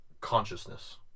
consciousness